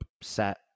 set